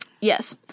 Yes